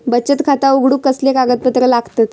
बचत खाता उघडूक कसले कागदपत्र लागतत?